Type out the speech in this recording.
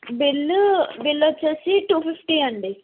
bill bill వచ్చేసి two fifty అండి